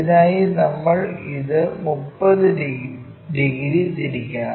അതിനായി നമ്മൾ ഇത് 30 ഡിഗ്രി തിരിക്കണം